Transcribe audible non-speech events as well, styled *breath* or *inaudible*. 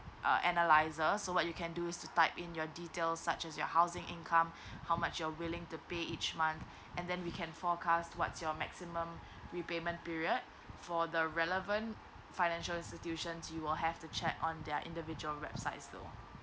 uh analyzer so what you can do is to type in you details such as your housing income *breath* how much your willing to pay each month *breath* and then you can forecast what's your maximum *breath* repayment period for the relevant financial institution you will have to check on their individual website though